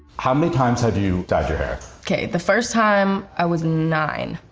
how many times have you dyed your hair? okay, the first time i was nine,